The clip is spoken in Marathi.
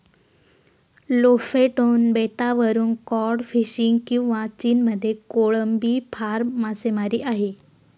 लोफेटोन बेटावरून कॉड फिशिंग किंवा चीनमध्ये कोळंबी फार्म मासेमारी आहे